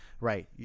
Right